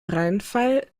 rheinfall